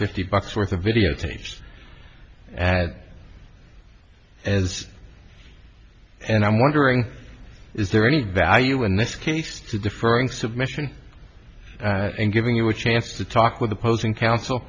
fifty bucks worth of videotapes and had as and i'm wondering is there any value in this case to deferring submission and giving you a chance to talk with opposing counsel